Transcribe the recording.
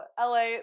LA